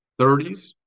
30s